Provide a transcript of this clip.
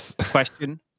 question